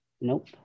Nope